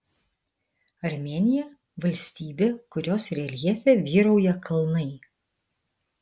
armėnija valstybė kurios reljefe vyrauja kalnai